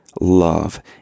love